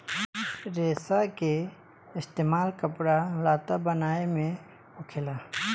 रेसा के इस्तेमाल कपड़ा लत्ता बनाये मे होखेला